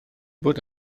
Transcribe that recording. bod